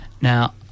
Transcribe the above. Now